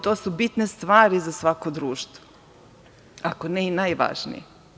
To su bitne stvari za svako društvo, ako ne i najvažnije.